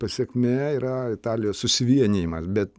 pasekmė yra italijos susivienijimas bet